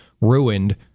ruined